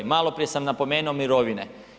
Maloprije sam napomenuo mirovine.